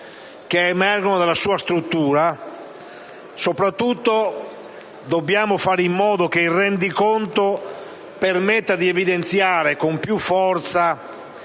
che emergono nella sua struttura; piuttosto occorre fare in modo che il rendiconto permetta di evidenziare con più forza